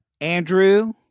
Andrew